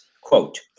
quote